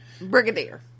Brigadier